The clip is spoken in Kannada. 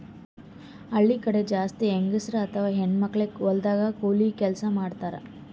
ಹಳ್ಳಿ ಕಡಿ ಜಾಸ್ತಿ ಹೆಂಗಸರ್ ಅಥವಾ ಹೆಣ್ಣ್ ಮಕ್ಕಳೇ ಹೊಲದಾಗ್ ಕೂಲಿ ಕೆಲ್ಸ್ ಮಾಡ್ತಾರ್